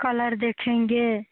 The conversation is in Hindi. कलर देखेंगे